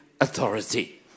authority